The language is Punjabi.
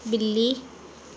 ਬਿੱਲੀ